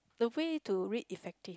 the way to read effective